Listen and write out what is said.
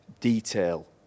detail